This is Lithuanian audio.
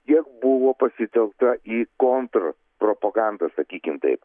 kiek buvo pasitelkta į kontrpropagandas sakykim taip